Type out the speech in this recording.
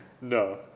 No